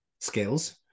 skills